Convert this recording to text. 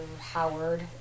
Howard